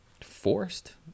forced